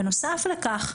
בנוסף לכך,